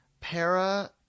para